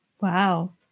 Wow